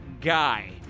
guy